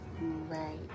Right